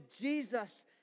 Jesus